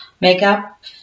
makeup